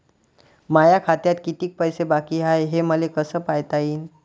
माया खात्यात किती पैसे बाकी हाय, हे मले कस पायता येईन?